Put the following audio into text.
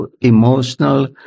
emotional